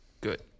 good